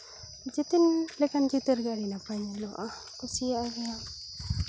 ᱡᱮᱛᱮᱱ ᱞᱮᱠᱟᱱ ᱪᱤᱛᱟᱹᱨ ᱜᱮ ᱟᱹᱰᱤ ᱱᱟᱯᱟᱭ ᱧᱮᱞᱚᱜᱼᱟ ᱠᱩᱥᱤᱭᱟᱜ ᱜᱮᱭᱟ